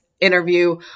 interview